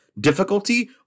difficulty